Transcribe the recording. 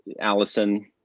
Allison